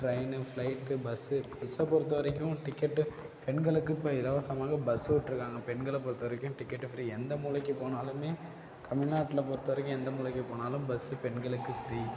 train flight bus பஸ்ஸை பொறுத்தவரைக்கும் ticket பெண்களுக்கு இப்போ இலவசமாக பஸ் விட்டுருக்காங்க பெண்களை பொறுத்தவரைக்கும் டிக்கெட் ஃப்ரீ எந்த மூலைக்கு போனாலுமே தமிழ்நாட்டில் பொறுத்தவரைக்கும் எந்த மூலைக்கு போனாலும் பஸ்ஸு பெண்களுக்கு ஃப்ரீ